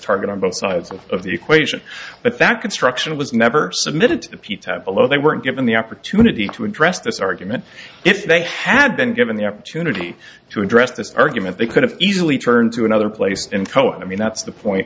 target on both sides of the equation but that construction was never submitted to the p t o below they weren't given the opportunity to address this argument if they had been given the opportunity to address this argument they could have easily turned to another place in co i mean that's the point